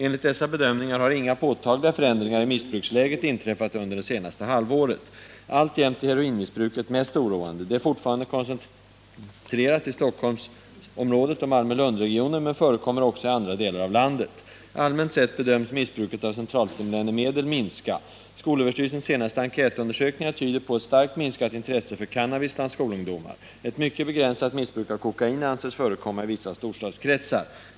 Enligt dessa bedömningar har inga påtagliga förändringar i missbruksläget inträffat under det senaste halvåret. Alltjämt är heroinmissbruket mest oroande. Det är fortfarande koncentrerat till Storstockholmsområdet och Malmö-Lundregionen men förekommer också i andra delar av landet. Allmänt sett bedöms missbruket av centralstimulerande medel minska. Skolöverstyrelsens senaste enkätundersökningar tyder på ett starkt minskat intresse för cannabis bland skolungdomar. Ett mycket begränsat missbruk av kokain anses förekomma i vissa storstadskretsar.